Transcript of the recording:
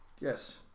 Yes